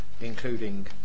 including